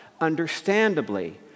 understandably